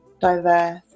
diverse